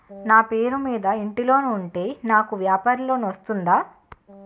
నా పేరు మీద ఇంటి లోన్ ఉంటే నాకు వ్యాపార లోన్ వస్తుందా?